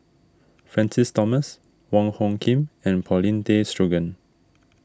Francis Thomas Wong Hung Khim and Paulin Tay Straughan